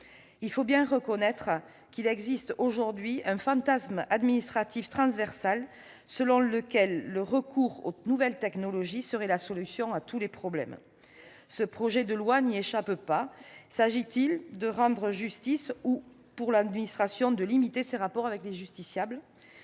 Il faut bien le reconnaître, il existe aujourd'hui un fantasme administratif transversal selon lequel le recours aux nouvelles technologies serait la solution à tous les problèmes. Ce projet de loi n'y échappe pas. S'agit-il de rendre justice ou, pour l'administration, de limiter ses rapports avec les justiciables ?